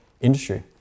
industry